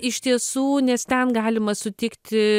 iš tiesų nes ten galima sutikti